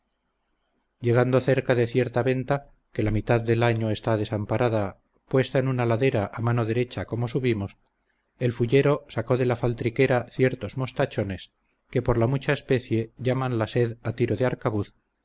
llegando cerca de cierta venta que la mitad del año está desamparada puesta en una ladera a mano derecha como subimos el fullero sacó de la faltriquera ciertos mostachones que por la mucha especie llaman la sed a tiro de arcabuz